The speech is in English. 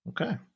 Okay